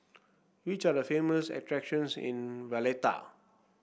which are the famous attractions in Valletta